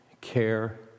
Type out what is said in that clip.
care